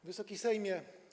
Wysoki Sejmie!